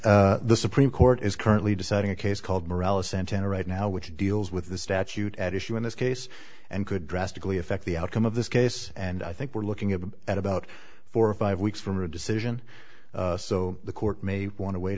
the supreme court is currently deciding a case called morality santana right now which deals with the statute at issue in this case and could drastically affect the outcome of this case and i think we're looking at about four or five weeks from a decision so the court may want to wait